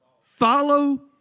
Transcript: Follow